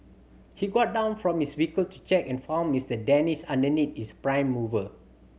he got down from his vehicle to check and found Mister Danish underneath his prime mover